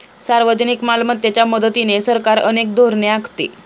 सार्वजनिक मालमत्तेच्या मदतीने सरकार अनेक धोरणे आखते